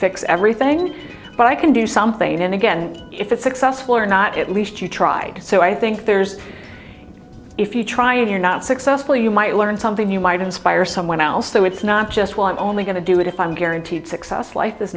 fix everything but i can do something and again if it's successful or not at least you tried so i think there's if you try and you're not successful you might learn something you might inspire someone else so it's not just want only going to do it if i'm guaranteed success life